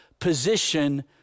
position